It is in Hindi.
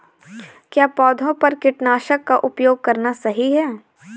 क्या पौधों पर कीटनाशक का उपयोग करना सही है?